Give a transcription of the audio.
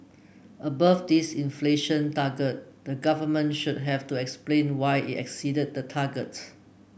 above this inflation target the government should have to explain why it exceeded the target